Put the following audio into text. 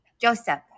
Joseph